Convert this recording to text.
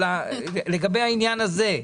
לגבי העניין הזה,